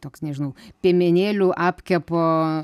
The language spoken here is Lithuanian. toks nežinau piemenėlių apkepo